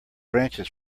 branches